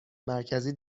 مرکزی